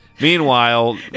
Meanwhile